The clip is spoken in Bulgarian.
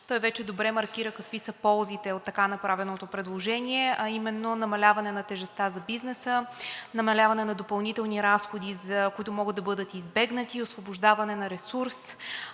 Той вече добре маркира какви са ползите от така направеното предложение, а именно: намаляване тежестта за бизнеса, намаляване на допълнителни разходи, които могат да бъдат избегнати, освобождаване на ресурси,